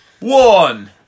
one